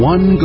One